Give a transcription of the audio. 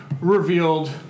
revealed